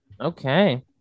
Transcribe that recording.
Okay